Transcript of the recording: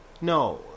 no